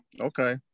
Okay